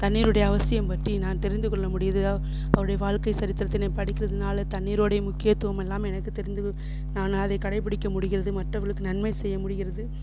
தண்ணீருடைய அவசியம் பற்றி நான் தெரிந்துக்கொள்ள முடியுது அவருடைய வாழ்க்கை சரித்திரத்தினை படிக்கிறதுனால தண்ணீருடைய முக்கியத்துவமெல்லாம் எனக்கு தெரிந்து நான் அதை கடைபிடிக்க முடிகிறது மற்றவர்களுக்கு நன்மை செய்ய முடிகிறது